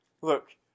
look –